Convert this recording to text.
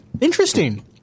Interesting